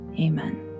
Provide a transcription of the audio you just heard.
amen